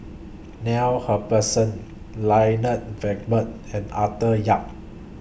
Neil Humphreys Lloyd Valberg and Arthur Yap